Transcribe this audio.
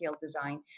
design